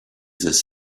this